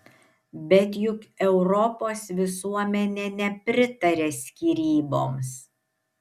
bet juk europos visuomenė nepritaria skyryboms